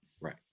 Right